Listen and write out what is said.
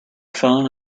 phone